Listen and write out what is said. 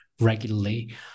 regularly